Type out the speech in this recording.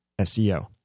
SEO